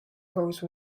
hose